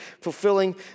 fulfilling